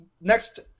next